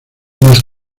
más